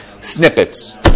snippets